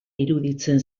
iruditzen